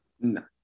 no